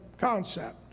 concept